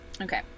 Okay